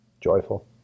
joyful